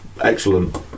excellent